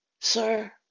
Sir